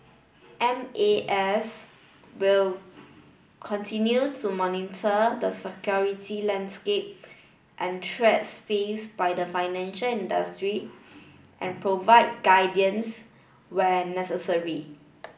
M A S will continue to monitor the security landscape and threats face by the financial industry and provide guidance when necessary